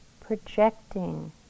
projecting